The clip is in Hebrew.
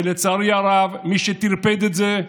לצערי הרב, מי שטרפד את זה,